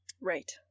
Right